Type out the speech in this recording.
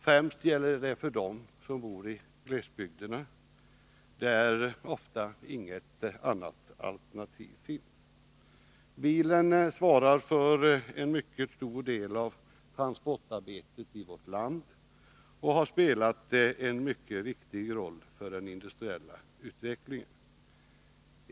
Främst gäller det för dem som bor i glesbygderna, där ofta inget annat alternativ finns. Bilen svarar för en mycket stor del av transportarbetet i vårt land och har spelat en mycket viktig roll för den industriella utvecklingen.